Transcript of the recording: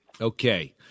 Okay